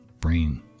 Brain